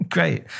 Great